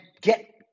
get